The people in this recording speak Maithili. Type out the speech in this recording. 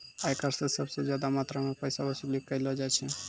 आयकर स सबस ज्यादा मात्रा म पैसा वसूली कयलो जाय छै